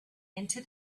into